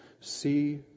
see